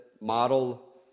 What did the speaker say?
model